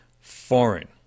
foreign